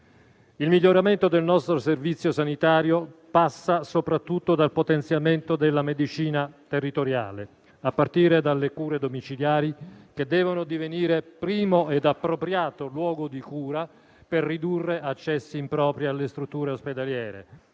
Il miglioramento del nostro servizio sanitario passa soprattutto dal potenziamento della medicina territoriale, a partire dalle cure domiciliari, che devono divenire primo e appropriato luogo di cura per ridurre accessi impropri alle strutture ospedaliere,